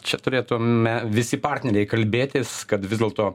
čia turėtume visi partneriai kalbėtis kad vis dėlto